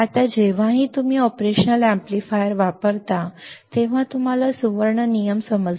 आता जेव्हाही तुम्ही ऑपरेशनल अॅम्प्लीफायर वापरता तेव्हा तुम्हाला सुवर्ण नियम समजले पाहिजेत